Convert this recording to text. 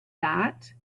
that